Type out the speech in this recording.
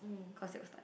cause it was like